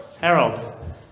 Harold